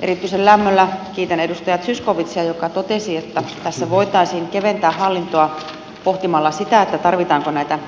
erityisen lämmöllä kiitän edustaja zyskowiczia joka totesi että tässä voitaisiin keventää hallintoa pohtimalla sitä tarvitaanko näitä